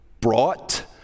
brought